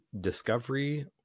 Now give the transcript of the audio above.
discovery